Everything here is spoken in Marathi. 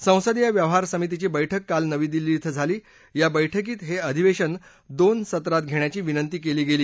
संसदीय व्यवहार समितीची बैठक काल नवी दिल्ली ध्वे झाली या बैठकीत हे अधिवेशन दोन सत्रात घेण्याची विनंती केली गेली